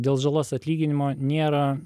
dėl žalos atlyginimo nėra